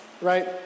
right